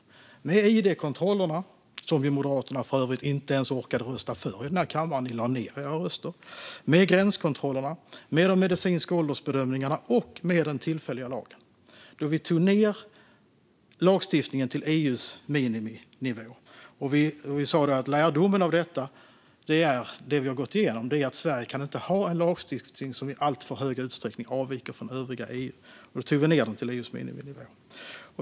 Vi gjorde det med id-kontrollerna, som Moderaterna för övrigt inte ens orkade rösta för i denna kammare. De lade ned sina röster. Vi gjorde det med gränskontrollerna, med de medicinska åldersbedömningarna och med den tillfälliga lagen. Lagstiftningen ändrades till EU:s miniminivå. Vi sa att lärdomen av det som vi har gått igenom är att Sverige inte kan ha en lagstiftning som i alltför stor utsträckning avviker från övriga EU. Då tog vi så att säga ned lagstiftningen till EU:s miniminivå.